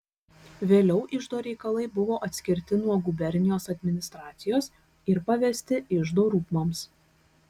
vėliau iždo reikalai buvo atskirti nuo gubernijos administracijos ir pavesti iždo rūmams